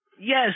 Yes